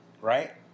right